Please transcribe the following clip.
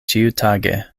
ĉiutage